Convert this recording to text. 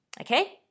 okay